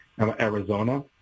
Arizona